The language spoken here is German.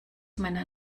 meiner